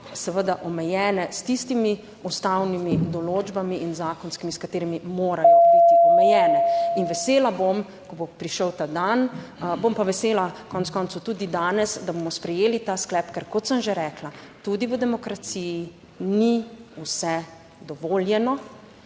seveda omejene s tistimi ustavnimi in zakonskimi določbami, s katerimi morajo biti omejene. In vesela bom, ko bo prišel ta dan, bom pa vesela, konec koncev, tudi danes, da bomo sprejeli ta sklep, ker kot sem že rekla, tudi v demokraciji ni vse dovoljeno